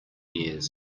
years